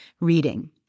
reading